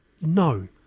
No